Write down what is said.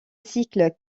cycle